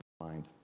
mind